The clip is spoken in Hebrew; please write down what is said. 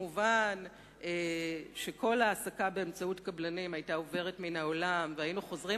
מובן שכל העסקה באמצעות קבלנים היתה מועברת מן העולם והיינו חוזרים